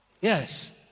Yes